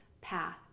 path